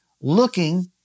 looking